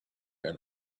and